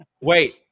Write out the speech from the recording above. Wait